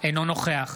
אינו נוכח